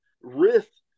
rift